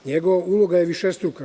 Njegova uloga je višestruka.